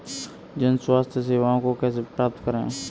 जन स्वास्थ्य सेवाओं को कैसे प्राप्त करें?